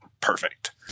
perfect